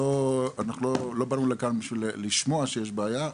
אנחנו לא באנו לכאן רק בשביל לשמוע שיש בעיה,